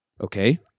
Okay